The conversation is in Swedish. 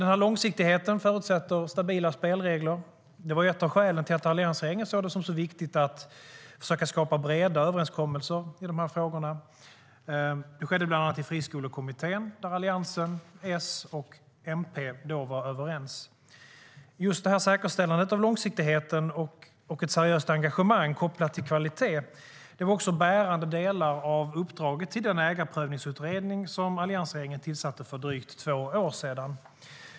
Långsiktigheten förutsätter stabila spelregler. Det var ett av skälen till att alliansregeringen såg det som så viktigt att försöka skapa breda överenskommelser i frågorna. Det skedde bland annat i Friskolekommittén, där Alliansen, S och MP då var överens. Säkerställandet av långsiktigheten och ett seriöst engagemang kopplat till kvalitet var också bärande delar av uppdraget till den ägarprövningsutredning som alliansregeringen tillsatte för drygt två år sedan.